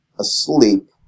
asleep